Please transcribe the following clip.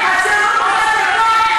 למרות שאנחנו קרובי משפחה,